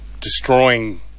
destroying